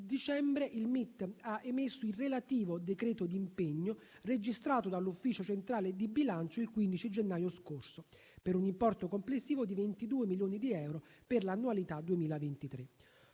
il MIT ha emesso il relativo decreto d'impegno registrato dall'Ufficio centrale di bilancio il 15 gennaio scorso, per un importo complessivo di 22 milioni di euro per l'annualità 2023.